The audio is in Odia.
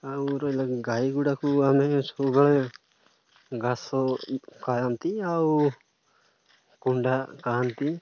ଆଉ ରହିଲା ଗାଈ ଗୁଡ଼ାକୁ ଆମେ ସବୁବେଳେ ଘାସ ଖାଆନ୍ତି ଆଉ କୁଣ୍ଡା ଖାଆନ୍ତି